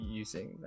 using